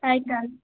Airtel